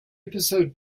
episode